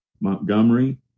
Montgomery